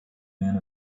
men